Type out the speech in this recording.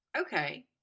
Okay